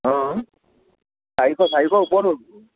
অ চাৰিশ চাৰিশৰ ওপৰত হ'ব